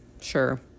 sure